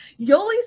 Yoli